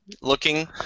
looking